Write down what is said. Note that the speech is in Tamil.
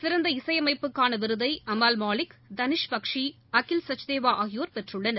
சிறந்த இசையமைப்புக்கானவிருதைஅமால் மாலிக் தனிஷ் பக்ஷி அகில் சச்தேவாஆகியோர் பெற்றுள்ளனர்